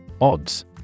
Odds